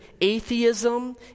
atheism